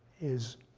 is,